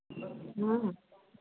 हाँ